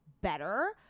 better